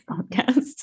podcast